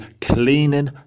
cleaning